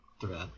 thread